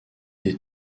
des